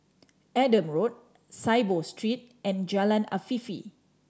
Adam Road Saiboo Street and Jalan Afifi